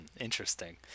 Interesting